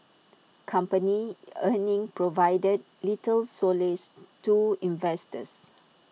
company earnings provided little solace to investors